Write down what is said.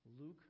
Luke